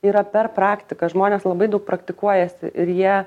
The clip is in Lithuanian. yra per praktiką žmonės labai daug praktikuojasi ir jie